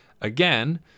again